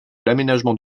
l’aménagement